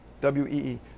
W-E-E